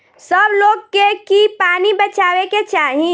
सब लोग के की पानी बचावे के चाही